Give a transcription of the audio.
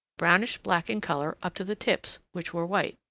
brownish-black in color up to the tips, which were white.